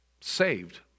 saved